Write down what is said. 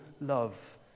love